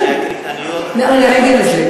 שהקריטריונים, אני אגיע לזה.